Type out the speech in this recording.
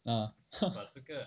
ah !huh!